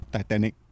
Titanic